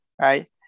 Right